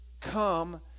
come